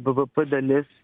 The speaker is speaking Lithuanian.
bvp dalis